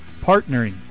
partnering